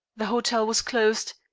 the hotel was closed,